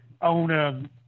on